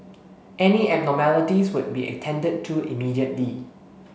any abnormalities would be attended to immediately